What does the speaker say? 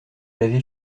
l’avez